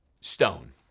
stone